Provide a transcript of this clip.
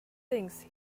things